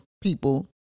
people